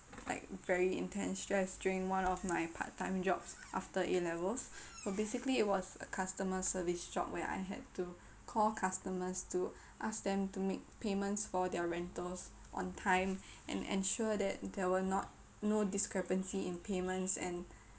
like very intense stress during one of my part-time jobs after A levels so basically it was a customer service job where I had to call customers to ask them to make payments for their rentals on time and ensure that there were not no discrepancy in payments and